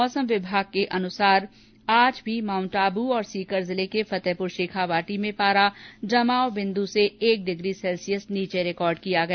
मौसम विभाग के अनुसार आज भी माउंट आबू और सीकर जिले के फतेहपुर शेखावाटी में पारा जमाव बिन्दू से एक डिग्री सैल्सियस नीचे रिकॉर्ड किया गया